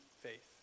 faith